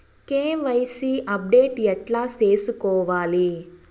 KYC update ఎట్లా సేసుకోవాలి?